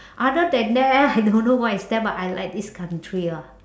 other than that I don't know what is there but I like this country ah